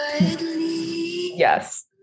Yes